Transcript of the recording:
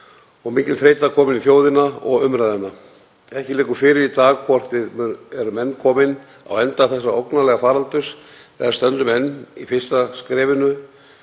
og mikil þreyta komin í þjóðina og umræðuna. Ekki liggur fyrir í dag hvort við erum komin að enda þessa ógnarlega faraldurs eða stöndum enn í fyrsta skrefinu